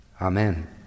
Amen